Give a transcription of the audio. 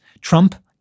Trump